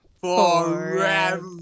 forever